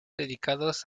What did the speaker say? dedicados